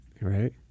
Right